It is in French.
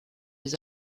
les